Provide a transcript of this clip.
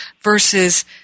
versus